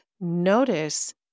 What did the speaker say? notice